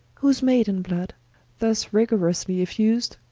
whose maiden-blood thus rigorously effus'd,